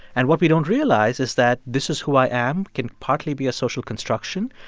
and what we don't realize is that this is who i am can partly be a social construction,